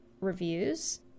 reviews